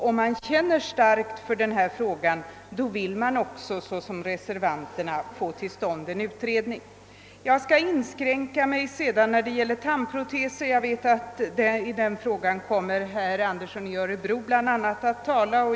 Om man känner starkt för denna fråga vill man liksom reservanterna få till stånd en utredning. Jag skall inskränka mig när det gäller tandproteser, därför att jag vet att i den frågan bland andra herr Andersson i Örebro kommer att tala.